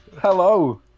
Hello